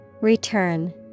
Return